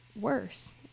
worse